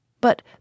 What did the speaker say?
But